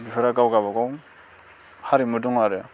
बेफोरो गाव गावबागाव हारिमु दं आरो